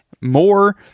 more